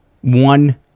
one